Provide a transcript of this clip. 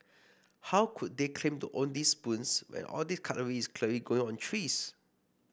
how could they claim to own those spoons when all those cutlery is clearly growing on trees